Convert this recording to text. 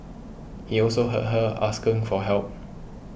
he also heard her asking for help